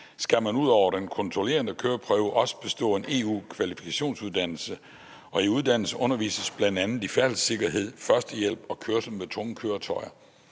skal man ud over den kontrollerende køreprøve også bestå en EU-kvalifikationsuddannelse, og i uddannelsen undervises bl.a. i færdselshjælp, førstehjælp og kørsel med tunge køretøjer.